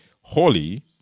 holy